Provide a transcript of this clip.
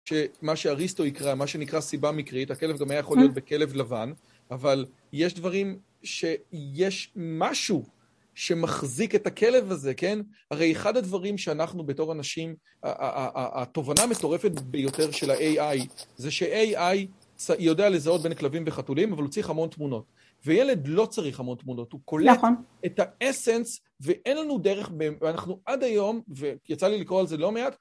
שמה שאריסטו יקרא, מה שנקרא סיבה מקרית, הכלב גם היה יכול להיות בכלב לבן, אבל יש דברים שיש משהו שמחזיק את הכלב הזה, כן? הרי אחד הדברים שאנחנו בתור אנשים, התובנה המסורפת ביותר של ה־AI, זה ש־AI יודע לזהות בין כלבים וחתולים, אבל הוא צריך המון תמונות. וילד לא צריך המון תמונות, הוא קולט את האסנס, ואין לנו דרך, ואנחנו עד היום, ויצא לי לקרוא על זה לא מעט...